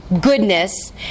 goodness